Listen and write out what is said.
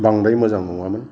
बांद्राय मोजां नङामोन